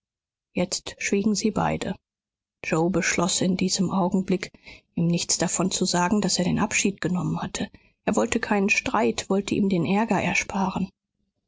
jetzt schwiegen sie beide yoe beschloß in diesem augenblick ihm nichts davon zu sagen daß er den abschied genommen hatte er wollte keinen streit wollte ihm den ärger ersparen